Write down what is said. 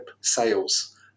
sales